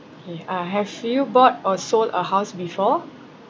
uh have you bought or sold a house before